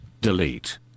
delete